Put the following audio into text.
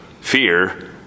fear